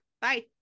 Bye